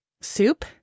soup